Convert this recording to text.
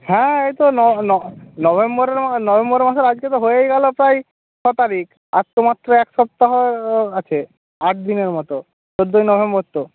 হ্যাঁ এই তো নভেম্বর মাসের আজকে তো হয়েই গেল প্রায় ছ তারিখ আর তো মাত্র এক সপ্তাহ আছে আট দিনের মতো চোদ্দোই নভেম্বের তো